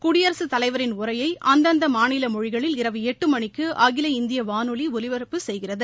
குடியரசு தலைவரின் உரையை அந்தந்த மாநில மொழிகளில் இரவு எட்டு மணிக்கு அகில இந்திய வானொலி ஒலிபரப்பு செய்கிறது